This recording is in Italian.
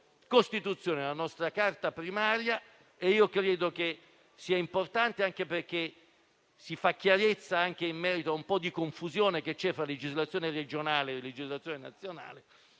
nostra Costituzione, nella nostra Carta primaria, e io credo che ciò sia importante anche perché si fa chiarezza in merito alla confusione esistente fra legislazione regionale e legislazione nazionale.